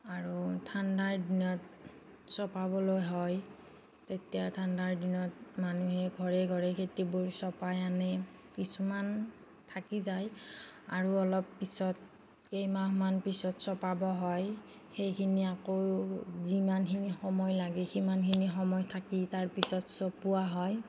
আৰু ঠাণ্ডাৰ দিনত চপাবলৈ হয় তেতিয়া ঠাণ্ডাৰ দিনত মানুহে ঘৰে ঘৰে খেতিবোৰ চপাই আনে কিছুমান থাকি যায় আৰু অলপ পিছত কেইমাহমান পিছত চপাব হয় সেইখিনি আকৌ যিমানখিনি সময় লাগে সিমানখিনি সময় থাকি তাৰ পিছত চপোৱা হয়